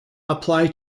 apply